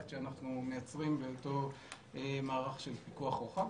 שאנחנו מייצרים לאותו מערך של פיקוח רוחב.